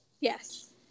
Yes